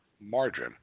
margin